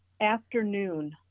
Afternoon